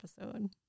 episode